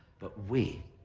but we,